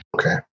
Okay